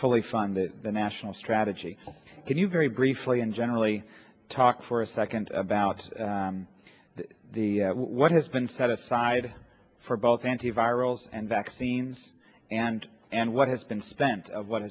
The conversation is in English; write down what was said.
fully funded the national strategy can you very briefly and generally talk for a second about the what has been set aside for both antivirals and vaccines and and what has been spent of what